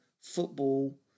football